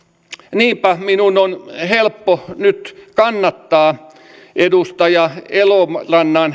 niinpä minun on helppo nyt kannattaa edustaja elorannan